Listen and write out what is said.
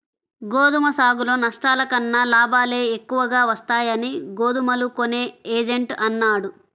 గోధుమ సాగులో నష్టాల కన్నా లాభాలే ఎక్కువగా వస్తాయని గోధుమలు కొనే ఏజెంట్ అన్నాడు